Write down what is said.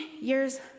years